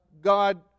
God